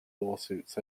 lawsuits